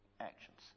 actions